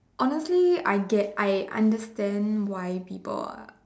honestly I get I understand why people are